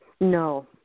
No